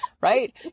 Right